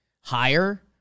higher